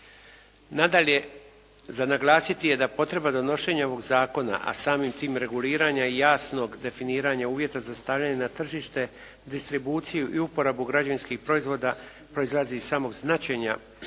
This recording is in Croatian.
Nadalje, za naglasiti je da potreba donošenja ovog zakona, a samim tim reguliranje i jasnog definiranja uvjeta za stavljanje na tržište distribuciju i uporabu građevinskih proizvoda proizlazi iz samog značenja